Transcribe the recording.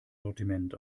sortiment